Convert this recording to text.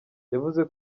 yavuze